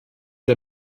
der